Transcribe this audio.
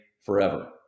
forever